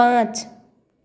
पाँच